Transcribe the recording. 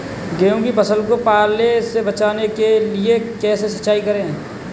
गेहूँ की फसल को पाले से बचाने के लिए कैसे सिंचाई करें?